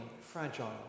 fragile